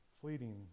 fleeting